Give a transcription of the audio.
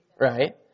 right